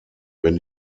wenn